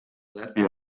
latvia